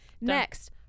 next